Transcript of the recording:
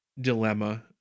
dilemma